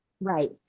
Right